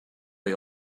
est